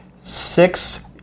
six